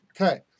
Okay